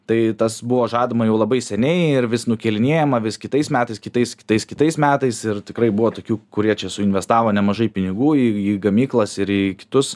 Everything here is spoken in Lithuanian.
tai tas buvo žadama jau labai seniai ir vis nukėlinėjama vis kitais metais kitais kitais kitais metais ir tikrai buvo tokių kurie čia suinvestavo nemažai pinigų į į gamyklas ir į kitus